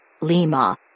Lima